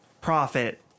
profit